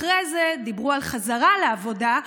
אחרי זה דיברו על חזרה לעבודה,